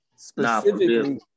specifically